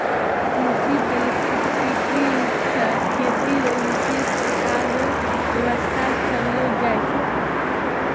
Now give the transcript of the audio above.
कृषि परिस्थितिकी से खेती रो विशेष प्रकार रो व्यबस्था करलो जाय छै